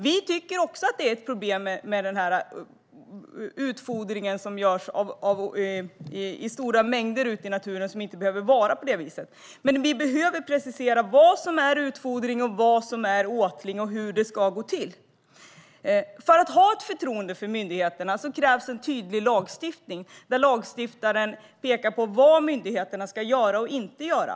Vi tycker också att det är ett problem med den utfodring som görs i stora mängder ute i naturen och inte behöver göras på det viset. Men vi behöver precisera vad som är utfodring och vad som är åtling och hur det ska gå till. Förtroende för myndigheterna kräver tydlig lagstiftning, där lagstiftaren pekar på vad myndigheterna ska göra och inte göra.